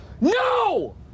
No